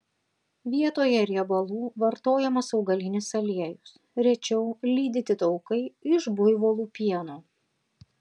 vietoje riebalų vartojamas augalinis aliejus rečiau lydyti taukai iš buivolų pieno